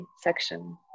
section